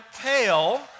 pale